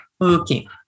Okay